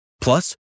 Plus